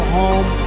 home